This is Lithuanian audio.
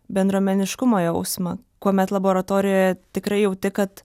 bendruomeniškumo jausmą kuomet laboratorijoje tikrai jauti kad